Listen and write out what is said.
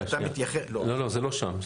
לא, זה לא שם.